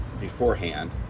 beforehand